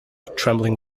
trembling